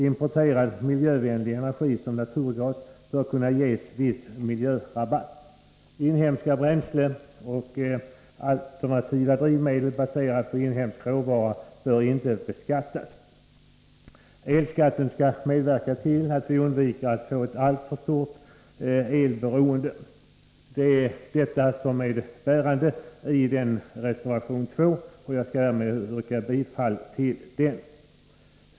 Importerad, miljövänlig energi såsom naturgas bör kunna ges viss ”miljörabatt”. Inhemska bränslen och alternativa drivmedel baserade på inhemsk råvara bör inte beskattas. Elskatten skall medverka till att vi undviker ett alltför stort elberoende. Detta är det bärande i reservation 2 som jag yrkar bifall till.